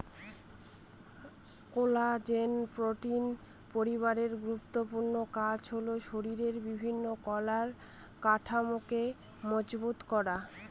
collagen protein পরিবারের গুরুত্বপূর্ণ কাজ হল শরীরের বিভিন্ন কলার কাঠামোকে মজবুত করা